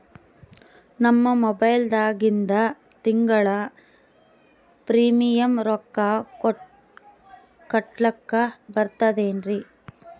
ನಮ್ಮ ಮೊಬೈಲದಾಗಿಂದ ತಿಂಗಳ ಪ್ರೀಮಿಯಂ ರೊಕ್ಕ ಕಟ್ಲಕ್ಕ ಬರ್ತದೇನ್ರಿ?